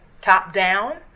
top-down